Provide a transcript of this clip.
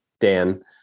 Dan